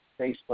Facebook